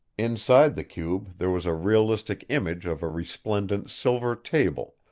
inside the cube there was a realistic image of a resplendent silver table,